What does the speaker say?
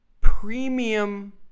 premium